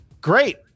Great